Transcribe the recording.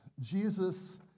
Jesus